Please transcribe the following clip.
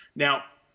now,